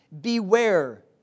Beware